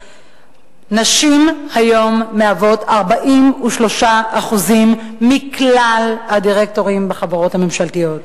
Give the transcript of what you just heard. נשים היום מהוות 43% מכלל הדירקטורים בחברות הממשלתיות.